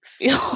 feel